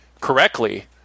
correctly